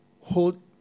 hold